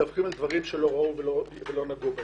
מדווחים על דברים שלא ראו ולא נגעו בהם.